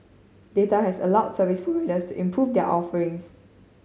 data has allowed service providers to improve their offerings